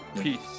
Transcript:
peace